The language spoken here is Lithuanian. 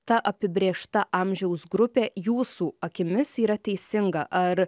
ta apibrėžta amžiaus grupė jūsų akimis yra teisinga ar